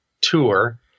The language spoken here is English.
tour